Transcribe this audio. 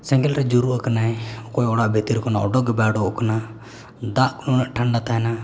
ᱥᱮᱸᱜᱮᱞ ᱨᱮᱭ ᱡᱩᱨᱩᱜ ᱟᱠᱟᱱᱟᱭ ᱚᱠᱚᱭ ᱚᱲᱟᱜ ᱵᱷᱤᱛᱨᱤ ᱠᱷᱚᱱ ᱩᱰᱩᱠᱜᱮ ᱵᱟᱭ ᱩᱰᱩᱠᱚᱜ ᱠᱟᱱᱟ ᱫᱟᱜ ᱱᱩᱱᱟᱹᱜ ᱴᱷᱟᱱᱰᱟ ᱛᱟᱦᱮᱱᱟ